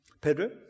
Pedro